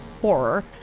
horror